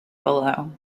below